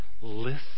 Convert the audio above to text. Listen